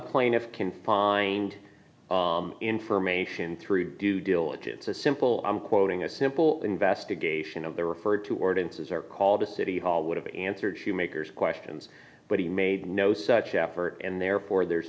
plaintiff can find information through due diligence a simple i'm quoting a simple investigation of they referred to ordinances or called a city hall would have answered shoemakers questions but he made no such effort and therefore there's